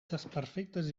desperfectes